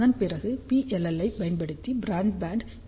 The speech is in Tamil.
அதன் பிறகு PLL ஐப் பயன்படுத்தி பிராட்பேண்ட் வி